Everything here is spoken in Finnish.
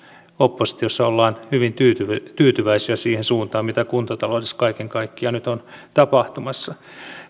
oppositiossa ollaan hyvin tyytyväisiä tyytyväisiä siihen suuntaan mitä kuntataloudessa kaiken kaikkiaan nyt on tapahtumassa